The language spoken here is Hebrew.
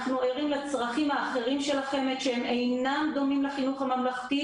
אנחנו ערים לצרכים האחרים של החמ"ד שאינם דומים לחינוך הממלכתי